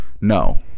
No